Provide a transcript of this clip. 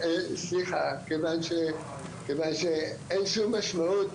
סליחה, כיוון שאין שום משמעות